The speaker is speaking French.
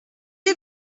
est